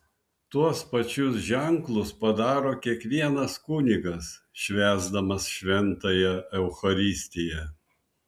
tuos pačius ženklus padaro kiekvienas kunigas švęsdamas šventąją eucharistiją